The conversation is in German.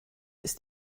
ist